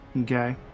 Okay